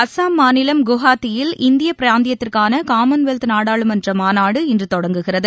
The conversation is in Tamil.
அசாம் மாநிலம் குவஹாத்தியில் இந்திய பிராந்தியத்திற்கான காமன்வெல்த் நாடாளுமன்ற மாநாடு இன்று தொடங்குகிறது